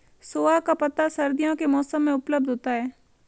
सोआ का पत्ता सर्दियों के मौसम में उपलब्ध होता है